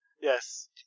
yes